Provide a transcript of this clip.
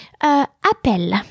Appel